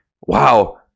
Wow